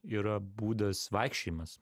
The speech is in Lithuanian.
yra būdas vaikščiojimas